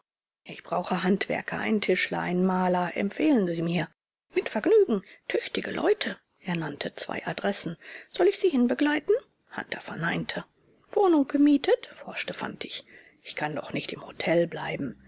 ich brauche handwerker einen tischler einen maler empfehlen sie mir mit vergnügen tüchtige leute er nannte zwei adressen soll ich sie hinbegleiten hunter verneinte wohnung gemietet forschte fantig ich kann doch nicht im hotel bleiben